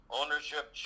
ownership